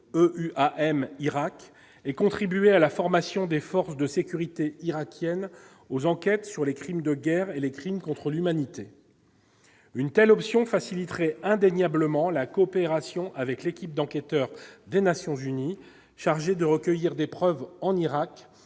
et contribuer à la formation des forces de sécurité irakiennes aux enquêtes sur les crimes de guerre et les crimes contre l'humanité, une telle option faciliterait indéniablement la coopération avec l'équipe d'enquêteurs des Nations unies chargée de recueillir des preuves en Irak,